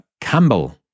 Campbell